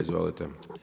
Izvolite.